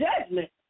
judgment